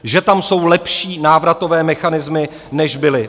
Že tam jsou lepší návratové mechanismy, než byly?